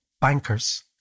Bankers